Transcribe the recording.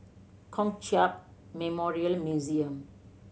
Kong Hiap Memorial Museum